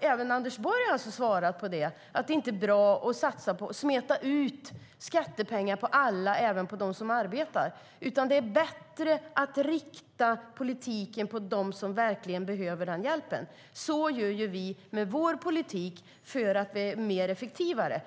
även Anders Borg svarat på att det inte är bra att smeta ut skattepengar på alla, även på dem som arbetar, utan att det är bättre att rikta politiken mot dem som verkligen behöver hjälp. Så gör vi med vår politik, eftersom det är mer effektivt.